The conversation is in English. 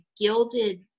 gilded